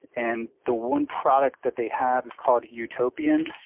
and the one product that they have is called utopian,